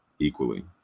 equally